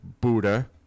Buddha